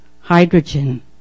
hydrogen